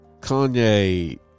Kanye